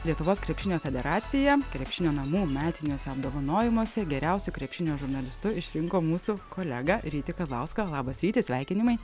lietuvos krepšinio federacija krepšinio namų metiniuose apdovanojimuose geriausiu krepšinio žurnalistu išrinko mūsų kolegą rytį kazlauską labas ryti sveikinimai